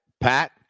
Pat